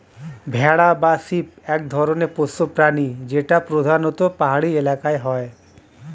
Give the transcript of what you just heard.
ভেড়া বা শিপ এক ধরনের পোষ্য প্রাণী যেটা প্রধানত পাহাড়ি এলাকায় হয়